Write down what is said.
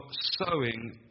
sowing